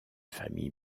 famille